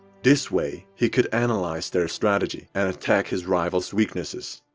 this way he could analyze their strategy and attack his rivals' weaknesses.